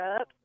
up